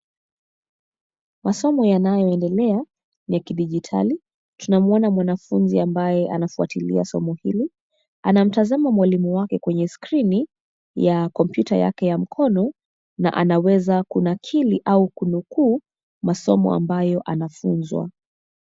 Masomo yanayoendelea ni ya kidijitali. Tunaona mwanafunzi ambaye anafuatilia somo hilo. Anamtazama mwalimu wake kwenye skrini ya kompyuta yake ya mkono na anaweza kunakili au kunukuu masomo ambayo anafunzwa.